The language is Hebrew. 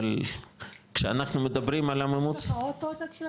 אבל כשאנחנו מדברים על הממוצע --- יש לך עוד טבלה,